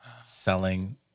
selling